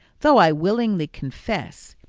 though i willingly confess,